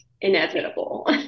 inevitable